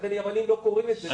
היוונים לא קוראים את זה.